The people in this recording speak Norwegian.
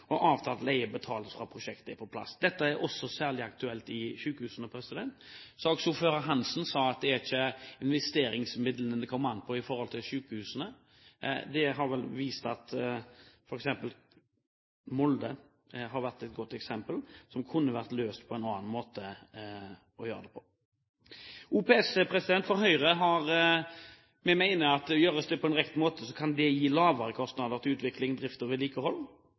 En avtalt leie betales fra prosjektet er på plass. Dette er særlig aktuelt for sykehusene. Saksordfører Hansen sa at det er ikke investeringsmidlene det kommer an på når det gjelder sykehusene. Det har vel vist seg at Molde er et godt eksempel på noe som kunne vært løst på en annen måte. I Høyre mener vi at gjennomføres OPS på rett måte, kan det gi lavere kostnader til utvikling, drift og vedlikehold.